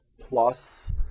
plus